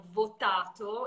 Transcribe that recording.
votato